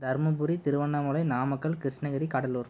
Dharmapuri Tiruvannamalai Namakkal Krishnagiri Cuddalore